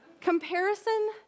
Comparison